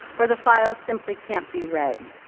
or the file simply can't be read.